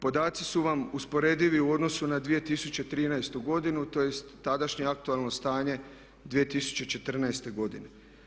Podaci su vam usporedivi u odnosu na 2013. godinu, tj. tadašnje aktualno stanje 2014. godine.